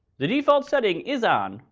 the default setting is on,